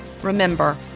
Remember